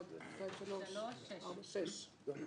לא הצבעתי בעד.